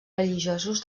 religiosos